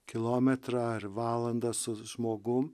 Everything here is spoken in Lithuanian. kilometrą ar valandą su žmogum